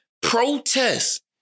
protest